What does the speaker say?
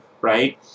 right